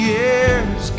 years